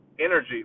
energy